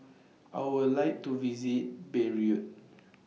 I Would like to visit Beirut